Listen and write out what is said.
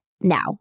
now